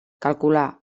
calcular